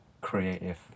creative